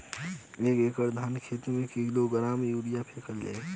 एक एकड़ धान के खेत में क किलोग्राम यूरिया फैकल जाई?